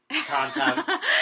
content